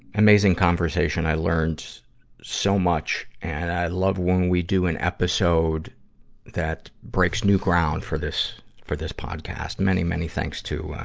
amazing conversation. i learned so much, and i love when we do an episode that breaks new ground for this, for this podcast. many, many thanks to, ah,